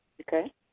Okay